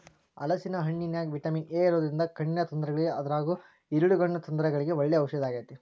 ಹಲೇಸಿನ ಹಣ್ಣಿನ್ಯಾಗ vitamin A ಇರೋದ್ರಿಂದ ಕಣ್ಣಿನ ತೊಂದರೆಗಳಿಗೆ ಅದ್ರಗೂ ಇರುಳುಗಣ್ಣು ತೊಂದರೆಗಳಿಗೆ ಒಳ್ಳೆ ಔಷದಾಗೇತಿ